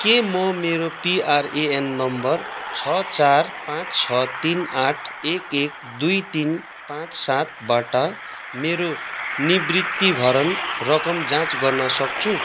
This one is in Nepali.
के म मेरो पिआरएएन नम्बर छ चार पाँच छ तिन आठ एक एक दुई तिन पाँच सातबाट मेरो निवृत्तिभरण रकम जाँच गर्न सक्छु